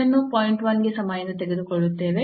1 ಗೆ ಸಮ ಎಂದು ತೆಗೆದುಕೊಳ್ಳುತ್ತೇವೆ